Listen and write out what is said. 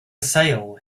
sale